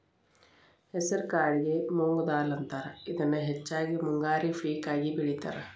ಹೆಸರಕಾಳಿಗೆ ಮೊಂಗ್ ದಾಲ್ ಅಂತಾರ, ಇದನ್ನ ಹೆಚ್ಚಾಗಿ ಮುಂಗಾರಿ ಪೇಕ ಆಗಿ ಬೆಳೇತಾರ